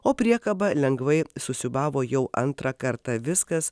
o priekaba lengvai susiūbavo jau antrą kartą viskas